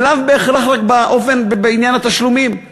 ולא בהכרח רק בעניין התשלומים.